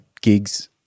gigs